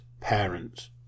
parents